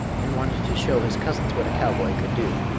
and wanted to show his cousins what a cowboy could do.